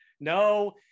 No